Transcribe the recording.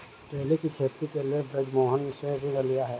केले की खेती के लिए बृजमोहन ने ऋण लिया है